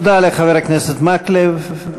תודה לחבר הכנסת מקלב.